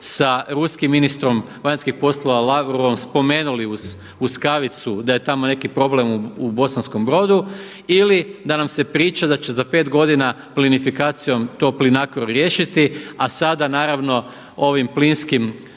sa ruskim ministrom vanjskih poslova Lavrovom spomenuli uz kavicu da je tamo neki problem u Bosanskom Brodu. Ili da nam se priča da će za 5 godina plinifikacijom to Plinacro riješiti a sada naravno ovom plinskom